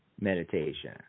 meditation